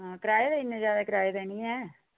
आंं कराए ते इन्ने ज्यादा कराए ते नीं ऐ